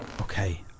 Okay